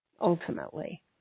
Ultimately